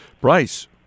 Bryce